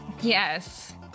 Yes